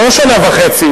לא שנה וחצי,